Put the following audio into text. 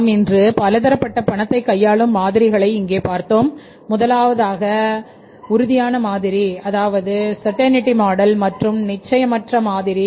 நாம் இன்று பல தரப்பட்ட பணத்தை கையாளும் மாதிரிகளை இங்கே பார்த்தோம் முதலாவதாக மாதிரி உறுதியான மாதிரி அதாவது சட்டை மாடல் மற்றும் நிச்சயமற்ற மாதிரி